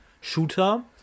shooter